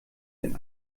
denn